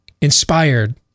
inspired